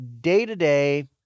day-to-day